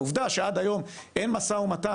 העובדה שעד היום אין משא ומתן,